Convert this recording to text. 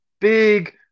big